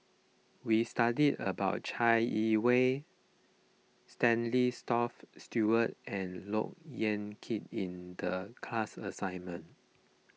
we studied about Chai Yee Wei Stanley Toft Stewart and Look Yan Kit in the class assignment